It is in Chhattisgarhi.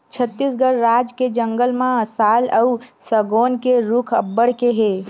छत्तीसगढ़ राज के जंगल म साल अउ सगौन के रूख अब्बड़ के हे